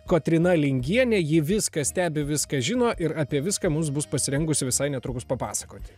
kotryna lingienė ji viską stebi viską žino ir apie viską mus bus pasirengusi visai netrukus papasakoti